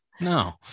No